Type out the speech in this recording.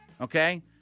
okay